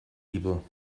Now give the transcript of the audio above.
evil